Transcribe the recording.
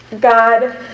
God